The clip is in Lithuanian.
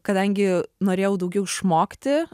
kadangi norėjau daugiau išmokti